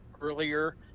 earlier